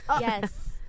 Yes